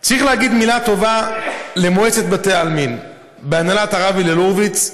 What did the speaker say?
צריך להגיד מילה טובה על מועצת בתי העלמין בהנהלת הרב הלל הורוביץ,